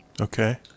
Okay